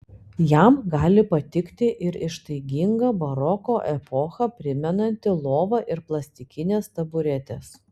jam gali patikti ir ištaiginga baroko epochą primenanti lova ir plastikinės taburetės